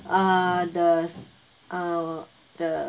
err the s~ err the